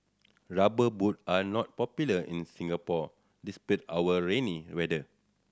rubber boot are not popular in Singapore despite our rainy weather